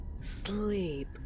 sleep